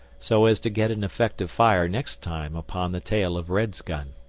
so as to get an effective fire next time upon the tail of red's gun.